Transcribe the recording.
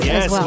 Yes